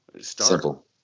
Simple